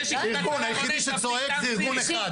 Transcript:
היחידי שצועק זה ארגון אחד,